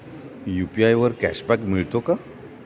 UPI वर cashback मिळतो का?